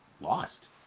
lost